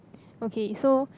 okay so